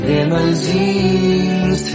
Limousines